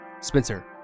Spencer